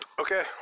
Okay